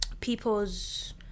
people's